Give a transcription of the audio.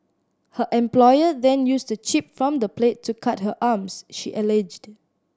her employer then used a chip from the plate to cut her arms she alleged